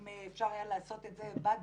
אם אפשר היה לעשות את זה בד בבד,